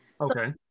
okay